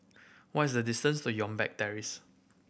what is the distance to Youngberg Terrace